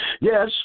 Yes